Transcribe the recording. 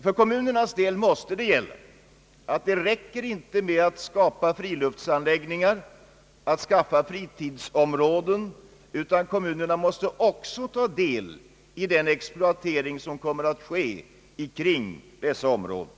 För kommunernas del måste gälla, att det inte räcker med att skapa friluftsanläggningar och skaffa fritidsområden, utan kommunerna måste också ta del i den exploatering som kommer att ske kring dessa områden.